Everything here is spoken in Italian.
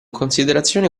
considerazione